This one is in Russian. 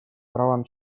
правам